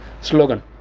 Slogan